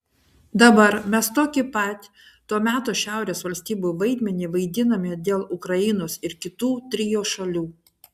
dabar mes tokį patį to meto šiaurės valstybių vaidmenį vaidiname dėl ukrainos ir kitų trio šalių